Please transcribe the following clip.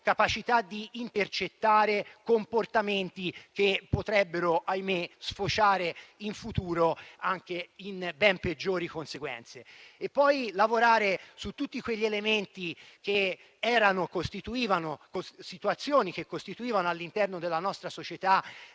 capacità di intercettare comportamenti che potrebbero, ahimè, sfociare in futuro anche in ben peggiori conseguenze. E poi occorre lavorare su tutti quegli elementi che costituivano, all'interno della nostra società,